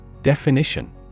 Definition